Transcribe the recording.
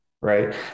right